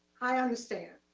i understand.